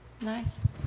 nice